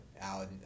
out